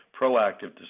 proactive